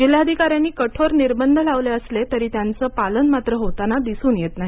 जिल्हाधिकाऱ्यांनी कठोर निर्बंध लावले असले तरी त्यांचं पालन मात्र होताना दिसून येत नाही